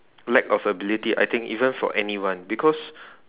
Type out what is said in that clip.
lack of ability I think even for anyone because